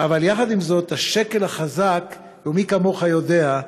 ןעם זאת, השקל החזק, ומי כמוך יודע,